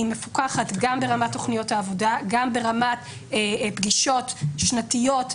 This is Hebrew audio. מפוקחת גם ברמת תכניות העבודה; גם ברמת פגישות שנתיות,